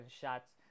shots